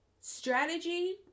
Strategy